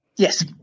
Yes